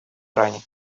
иране